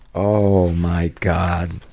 ohhhh, my god.